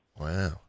Wow